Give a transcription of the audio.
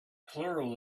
plural